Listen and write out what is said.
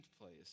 place